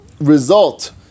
result